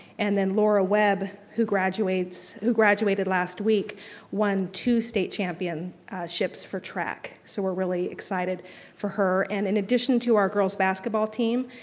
and then laura web who graduated who graduated last week won two state championships for track so we're really excited for her. and in addition to our girls basketball team,